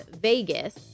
Vegas